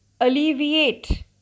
alleviate